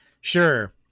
sure